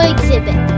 Exhibit